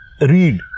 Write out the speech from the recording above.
read